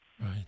Right